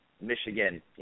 Michigan